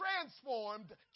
transformed